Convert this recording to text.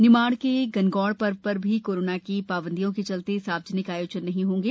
निमाड़ के गणगौर श्वर् श्र भी कोरोना की ाबंदियों के चलते सार्वजनिक आयोजन नहीं होंगे